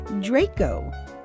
Draco